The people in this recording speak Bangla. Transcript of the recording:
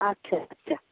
আচ্ছা আচ্ছা